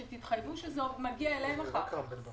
תתחייבו שזה מגיע אליהם אחר כך.